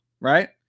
right